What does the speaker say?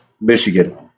Michigan